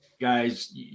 guys